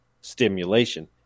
stimulation